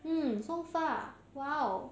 mm so far !wow!